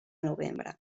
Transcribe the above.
novembre